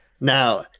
Now